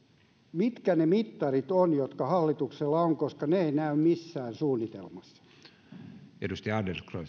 mitkä ne mittarit ovat jotka hallituksella on koska ne eivät näy missään suunnitelmassa